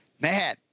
man